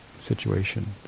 situation